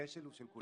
הכשל הוא של כולנו.